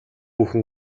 бүхэн